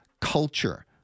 culture